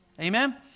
Amen